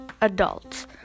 adults